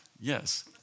Yes